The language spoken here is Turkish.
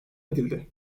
edildi